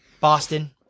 Boston